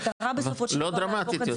אבל המטרה בסופו של דבר היא להפוך את זה